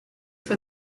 for